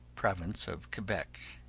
province of quebec.